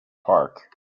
park